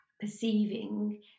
perceiving